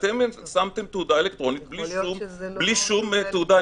אתם שמתם תעודה אלקטרונית בלי שום תעודה.